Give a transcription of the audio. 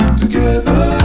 together